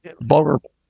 vulnerable